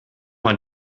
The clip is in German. mal